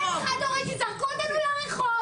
אם חד הורית שזרקו אותנו לרחוב.